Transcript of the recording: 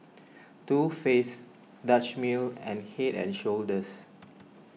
Too Faced Dutch Mill and Head and Shoulders